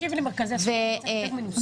תקשיב למרכזי הסיוע, הם קצת יותר מנוסים.